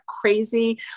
crazy